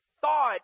thought